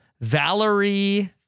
Valerie